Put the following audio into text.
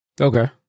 Okay